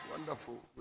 Wonderful